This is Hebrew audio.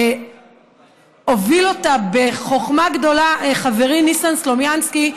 שהוביל אותה בחוכמה גדולה חברי ניסן סלומינסקי,